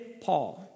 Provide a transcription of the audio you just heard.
Paul